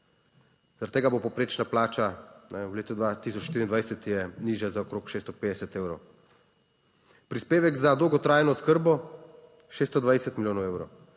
zaradi tega bo povprečna plača, v letu 2023, je nižja za okrog 650 evrov, prispevek za dolgotrajno oskrbo 620 milijonov evrov,